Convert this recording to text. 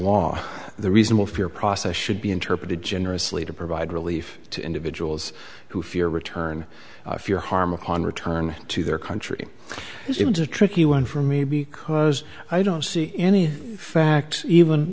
law the reasonable fear process should be interpreted generously to provide relief to individuals who fear return if your harm upon return to their country is a tricky one for me because i don't see any facts even